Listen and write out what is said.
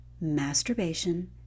masturbation